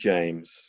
James